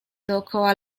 dookoła